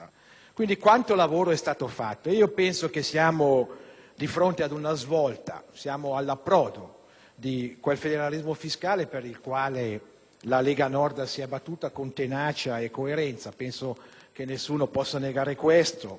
quella federale dello Stato. Siamo di fronte ad una svolta; siamo all'approdo di quel federalismo fiscale per il quale la Lega Nord si è battuta con tenacia e coerenza - e credo che nessuno possa negare questo